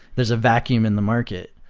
there's a vacuum in the market,